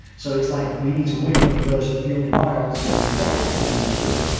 so it's like we need to win in the first few hundred miles, and if we don't then we're screwed.